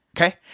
okay